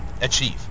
achieve